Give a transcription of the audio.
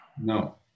no